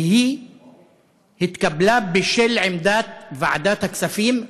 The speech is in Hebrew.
והיא התקבלה בשל עמדת ועדת הכספים,